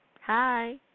Hi